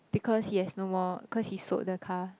because he has no more cause he sold the car